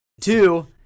Two